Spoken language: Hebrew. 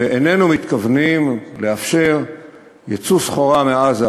ואיננו מתכוונים לאפשר ייצוא סחורה מעזה